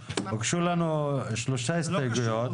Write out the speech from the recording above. הסתייגויות.